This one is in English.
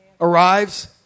arrives